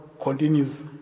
continues